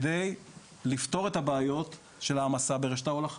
על מנת לפתור את הבעיות של העמסה ברשת ההולכה,